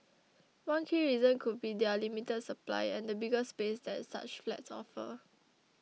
one key reason could be their limited supply and the bigger space that such flats offer